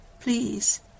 please